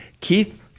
Keith